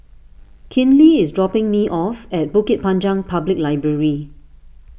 Kinley is dropping me off at Bukit Panjang Public Library